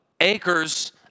acres